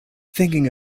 thinking